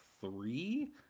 three